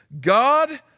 God